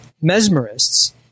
mesmerists